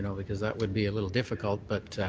so because that would be a little difficult. but